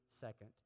second